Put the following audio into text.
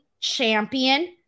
champion